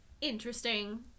interesting